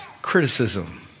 Criticism